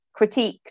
critiqued